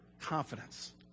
confidence